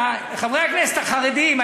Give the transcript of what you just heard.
חברי הכנסת החרדים,